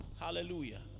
Hallelujah